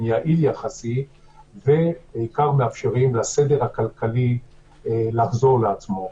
יעיל יחסי ובעיקר מאפשרים לסדר הכלכלי לחזור לעצמו.